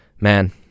man